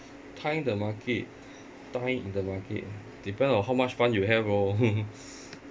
time the market time in the market depend on how much fund you have orh